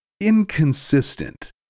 inconsistent